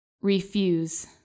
refuse